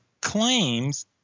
claims